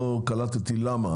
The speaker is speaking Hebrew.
לא קלטתי למה,